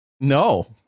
No